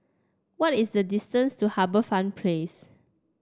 what is the distance to HarbourFront Place